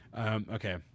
Okay